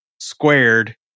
squared